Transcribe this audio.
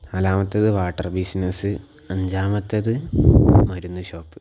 നാലാമത്തേത് water business അഞ്ചാമത്തേത് മരുന്ന് ഷോപ്പ്